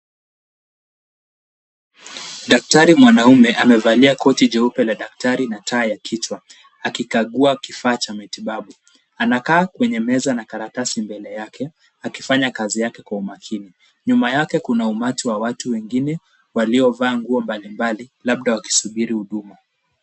Daktari mwanaume amevalia koti jeupe la daktari na taa ya kichwa akikagua kifaa cha matibabu. Anakaa kwenye meza na karatasi mbele yake akifanya kazi yake kwa umakini. Nyuma yake kuna umati wa watu wengine waliovaa nguo mbalimbali labda wakisubiri huduma.